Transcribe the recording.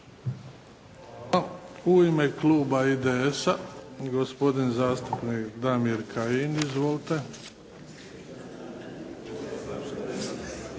U ime kluba IDS-a, gospodin zastupnik Damir Kajin. Izvolite.